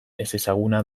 ezezaguna